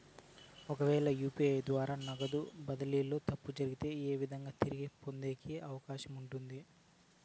ఒకవేల యు.పి.ఐ ద్వారా నగదు బదిలీలో తప్పు జరిగితే, ఏ విధంగా తిరిగి పొందేకి అవకాశం ఉంది?